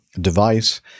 device